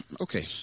okay